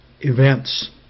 events